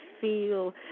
feel